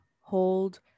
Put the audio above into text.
hold